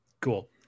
Cool